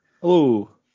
Hello